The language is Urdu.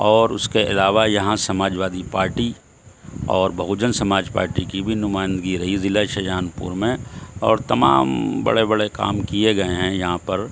اور اس کے علاوہ یہاں سماجوادی پارٹی اور بہوجن سماج پارٹی کی بھی نمائندگی رہی ضلع شاہجہان پور میں اور تمام بڑے بڑے کام کیے گیے ہیں یہاں پر